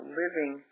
living